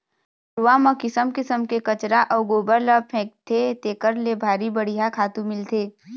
घुरूवा म किसम किसम के कचरा अउ गोबर ल फेकथे तेखर ले भारी बड़िहा खातू मिलथे